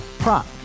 Prop